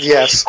Yes